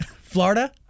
florida